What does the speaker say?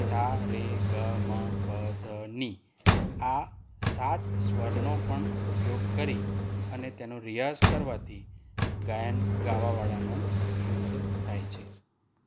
સા રે ગ મ પ ધ ની આ સાત સ્વરનો પણ ઉપયોગ કરી અને તેનો રિયાઝ કરવાથી ગાયન ગાવાવાળાનું શુદ્ધ થાય છે